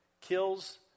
kills